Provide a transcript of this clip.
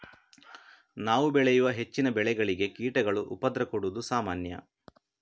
ನಾವು ಬೆಳೆಯುವ ಹೆಚ್ಚಿನ ಬೆಳೆಗಳಿಗೆ ಕೀಟಗಳು ಉಪದ್ರ ಕೊಡುದು ಸಾಮಾನ್ಯ